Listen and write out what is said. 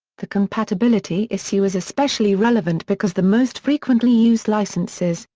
the compatibility issue is especially relevant because the most frequently used licenses,